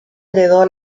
heredó